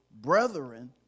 brethren